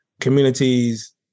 communities